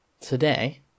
today